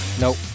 Nope